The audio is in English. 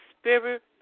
spirit